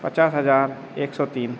पचास हज़ार एक सौ तीन